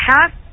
half